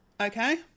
Okay